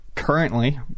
currently